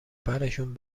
برشون